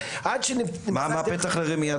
מה הפתח לרמייה?